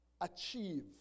achieve